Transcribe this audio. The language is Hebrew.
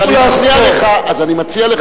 אז אני מציע לך,